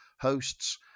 hosts